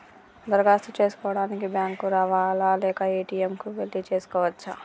దరఖాస్తు చేసుకోవడానికి బ్యాంక్ కు రావాలా లేక ఏ.టి.ఎమ్ కు వెళ్లి చేసుకోవచ్చా?